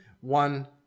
one